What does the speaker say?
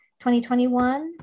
2021